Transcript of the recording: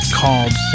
called